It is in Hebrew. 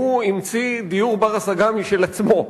הוא המציא דיור בר-השגה משל עצמו,